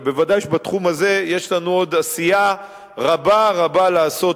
ובוודאי שבתחום הזה יש לנו עוד עשייה רבה רבה לעשות,